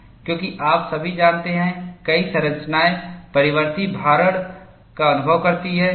क्योंकि आप सभी जानते हैं कई संरचनाएं परिवर्ती भारण का अनुभव करती हैं